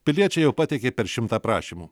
piliečiai jau pateikė per šimtą prašymų